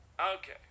Okay